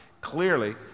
clearly